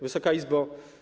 Wysoka Izbo!